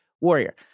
Warrior